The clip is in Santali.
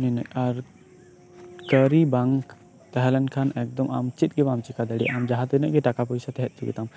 ᱱᱤᱱᱟᱹᱜ ᱟᱨ ᱠᱟᱹᱨᱤ ᱵᱟᱝ ᱛᱟᱦᱮᱸᱞᱮᱱ ᱠᱷᱟᱱ ᱮᱠᱫᱚᱢ ᱟᱢ ᱪᱮᱫ ᱜᱮ ᱵᱟᱢ ᱪᱤᱠᱟᱹ ᱫᱟᱲᱤᱭᱟᱜᱼᱟ ᱟᱢ ᱡᱟᱦᱟᱸ ᱛᱤᱱᱟᱹᱜ ᱜᱮ ᱴᱟᱠᱟ ᱯᱚᱭᱥᱟ ᱛᱟᱦᱮᱸ ᱦᱚᱪᱚ ᱜᱮᱛᱟᱢ